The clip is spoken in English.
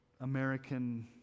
American